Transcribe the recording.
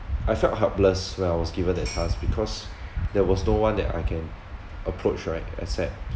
I felt helpless when I was given that task because there was no one that I can approach right except